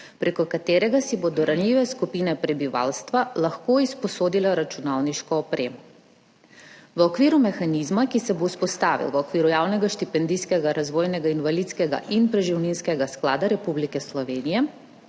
preko katerega si bodo ranljive skupine prebivalstva lahko izposodile računalniško opremo. V okviru mehanizma, ki se bo vzpostavil v okviru Javnega štipendijskega, razvojnega, invalidskega in preživninskega sklada Republike Slovenije